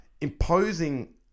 imposing